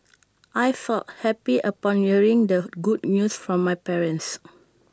I felt happy upon hearing the good news from my parents